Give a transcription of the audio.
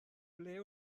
ble